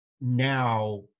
now